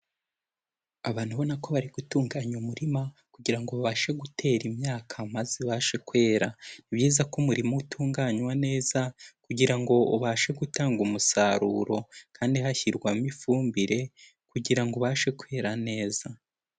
Abantu ubona ko bari gutunganya umurima kugira ngo babashe gutera imyaka, maze ibashe kwera. Ni byiza ko umurima utunganywa neza kugira ngo ubashe gutanga umusaruro, kandi hashyirwamo ifumbire kugira ngo ubashe kwera neza.